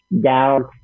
down